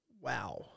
Wow